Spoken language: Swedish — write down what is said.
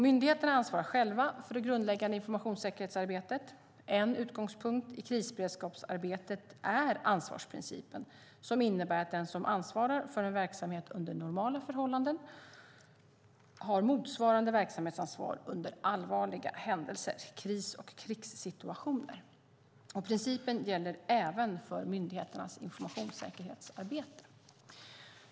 Myndigheterna ansvarar själva för det grundläggande informationssäkerhetsarbetet. En utgångspunkt i krisberedskapsarbetet är ansvarsprincipen, som innebär att den som ansvarar för en verksamhet under normala förhållanden har motsvarande verksamhetsansvar under allvarliga händelser, kris och krigssituationer. Principen gäller även för myndigheternas informationssäkerhetsarbete.